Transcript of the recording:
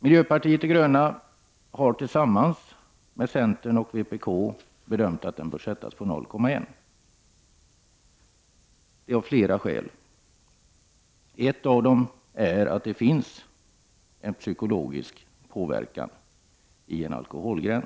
Miljöpartiet de gröna har tillsammans med centern och vpk bedömt att gränsen bör sättas vid 0,1 och detta av flera skäl. Ett skäl är att en alkoholgräns har en psykologisk påverkan.